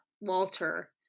Walter